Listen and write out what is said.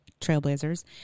Trailblazers